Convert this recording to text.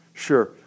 Sure